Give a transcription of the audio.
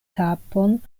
kapon